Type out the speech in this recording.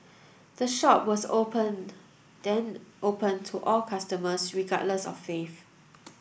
the shop was open then opened to all customers regardless of faith